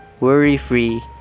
worry-free